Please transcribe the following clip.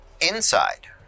Inside